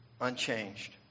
unchanged